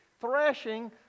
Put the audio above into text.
threshing